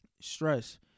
stress